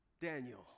Daniel